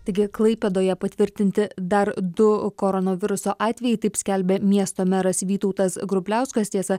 taigi klaipėdoje patvirtinti dar du koronaviruso atvejai taip skelbė miesto meras vytautas grubliauskas tiesa